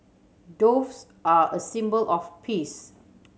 doves are a symbol of peace